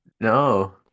No